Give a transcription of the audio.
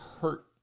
hurt